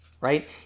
right